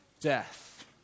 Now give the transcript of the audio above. death